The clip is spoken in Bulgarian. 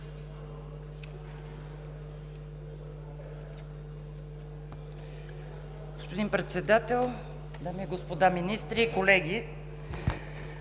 Господин Председател, дами и господа министри, колеги!